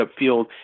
upfield